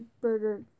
burger